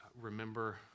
remember